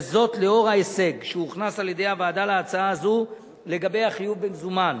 וזאת לאור ההישג שהוכנס על-ידי הוועדה להצעה הזו לגבי החיוב במזומן.